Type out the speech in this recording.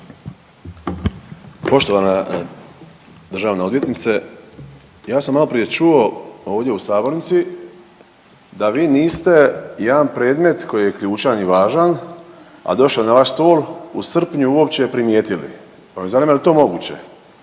Poštovana državna odvjetnice. Ja sam maloprije čuo ovdje u sabornici da vi niste jedan predmet koji je ključan i važan, a došao je na vaš stol u srpnju uopće primijetili, pa me zanima jel to moguće